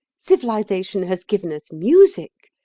civilisation has given us music.